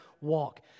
walk